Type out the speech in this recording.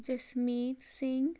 Jasmeet Singh